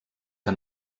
que